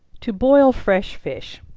to boil fresh fish.